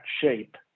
shape